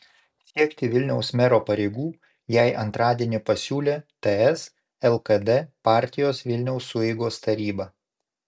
siekti vilniaus mero pareigų jai antradienį pasiūlė ts lkd partijos vilniaus sueigos taryba